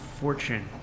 fortune